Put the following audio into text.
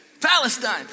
Palestine